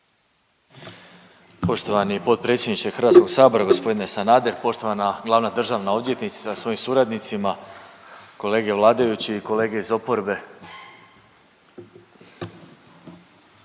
Poštovani potpredsjedniče HS-a, g. Sanader, poštovana glavna državna odvjetnice sa svojim suradnicima, kolege vladajući i kolege iz oporbe.